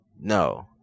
No